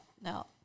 no